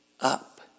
up